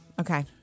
Okay